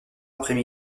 après